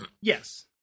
Yes